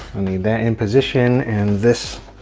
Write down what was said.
that in position and this